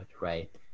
right